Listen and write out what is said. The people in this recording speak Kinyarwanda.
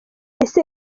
ese